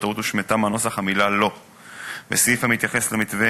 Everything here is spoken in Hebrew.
ובטעות הושמטה